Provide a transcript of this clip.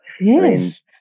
Yes